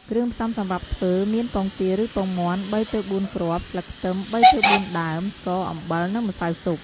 គ្រឿងផ្សំសម្រាប់ធ្វើ មាន ពងទាឬពងមាន់ ៣ទៅ៤គ្រាប់ ស្លឹកខ្ទឹម ៣ទៅ៤ដើម ស្ករ អំបិល និងម្សៅស៊ុប ។